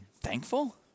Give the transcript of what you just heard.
thankful